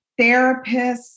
therapists